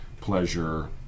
pleasure